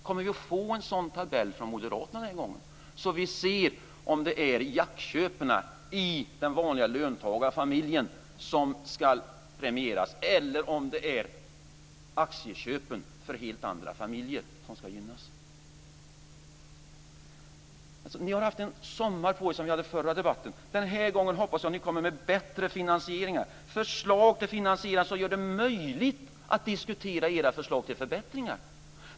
Kommer vi att få en sådan tabell från Moderaterna, så att vi ser om det är jackköpen i den vanliga löntagarfamiljen som ska premieras eller om det är aktieköpen för helt andra familjer som ska gynnas. Ni har haft en sommar på er sedan vi hade den förra debatten. Den här gången hoppas jag att ni kommer med bättre finansieringar, med förslag till finansieringar som gör det möjligt att diskutera era förslag till förbättringar.